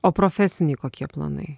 o profesiniai kokie planai